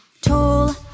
Tall